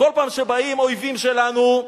כל פעם שבאים אויבים שלנו,